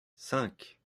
cinq